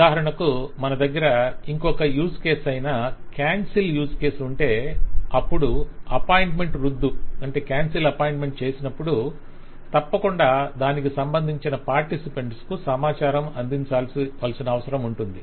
ఉదాహరణకు మన దగ్గర ఇంకొక యూజ్ కేస్ అయిన కాన్సెల్ యూజ్ కేస్ ఉంటే అప్పుడు అపాయింట్మెంట్ రద్దు చేసినప్పుడు తప్పకుండా దానికి సంబంధించిన పార్టిసిపెంట్స్ కు సమాచారం అందించాల్సిన అవసరముంది